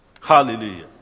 Hallelujah